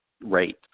rate